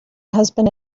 husband